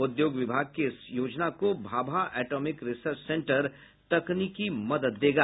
उद्योग विभाग की इस योजना को भाभा एटोमिक रिसर्च सेंटर तकनीकी मदद देगा